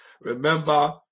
Remember